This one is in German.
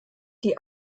die